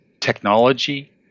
technology